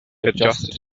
adjusted